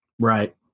Right